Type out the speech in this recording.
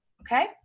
okay